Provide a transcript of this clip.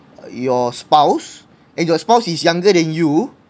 your spouse and your spouse is younger than you